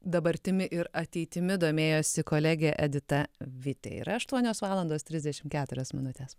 dabartimi ir ateitimi domėjosi kolegė edita vitė yra aštuonios valandos trisdešimt keturios minutės